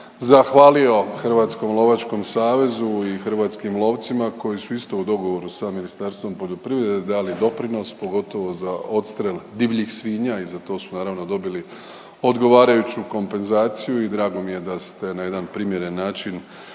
zahvalio Hrvatskom lovačkom savezu i hrvatskim lovcima koji su isto, u dogovoru sa Ministarstvom poljoprivrede dali doprinos, pogotovo za odstrel divljih svinja i za to su, naravno, dobili odgovarajuću kompenzaciju i drago mi je da ste na jedan primjeren način